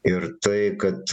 ir tai kad